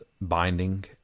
binding